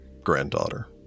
granddaughter